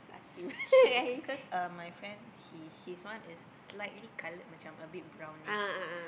he cause um my friend he his one is slightly coloured macam a bit brownish